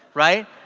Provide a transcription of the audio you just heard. right?